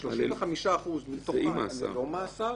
35% מתוכם הם ללא מאסר